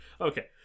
Okay